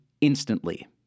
instantly